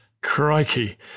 Crikey